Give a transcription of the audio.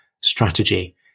strategy